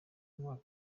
umwaka